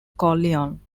corleone